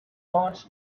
aunt